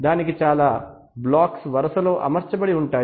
దానికి చాలా బ్లోక్క్స్ వరసలో అమర్చబడి ఉంటాయి